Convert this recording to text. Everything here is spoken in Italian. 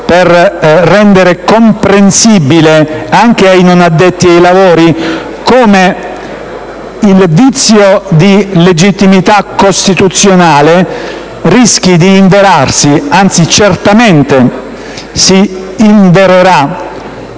per rendere comprensibile anche ai non addetti ai lavori come il vizio di legittimità costituzionale rischi di inverarsi, anzi certamente si invererà